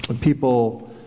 people